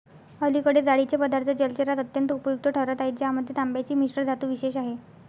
अलीकडे जाळीचे पदार्थ जलचरात अत्यंत उपयुक्त ठरत आहेत ज्यामध्ये तांब्याची मिश्रधातू विशेष आहे